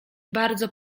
bardzo